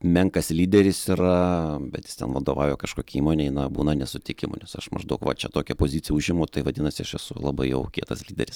menkas lyderis yra bet jis ten vadovauja kažkokiai įmonei na būna nesutikimų nes aš maždaug va čia tokią poziciją užimu tai vadinasi aš esu labai jau kietas lyderis